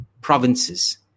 provinces